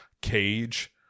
cage